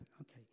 Okay